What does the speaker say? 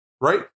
Right